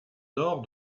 nord